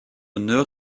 nœuds